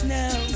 now